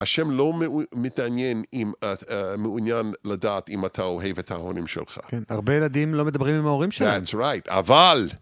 השם לא מתעניין אם, מעוניין לדעת אם אתה אוהב את ההורים שלך. כן, הרבה ילדים לא מדברים עם ההורים שלהם. זה נכון, אבל...